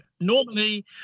normally